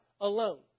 alone